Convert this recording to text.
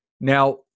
Now